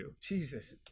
Jesus